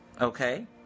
Okay